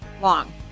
long